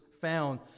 found